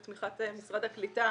בתמיכת משרד הקליטה